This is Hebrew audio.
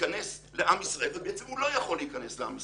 להיכנס לעם ישראל ובעצם הוא לא יכול להיכנס לעם ישראל.